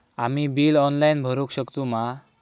आम्ही bill online भरुक शकतू मा?